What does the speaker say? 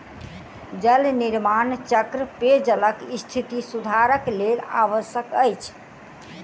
जल निर्माण चक्र पेयजलक स्थिति सुधारक लेल आवश्यक अछि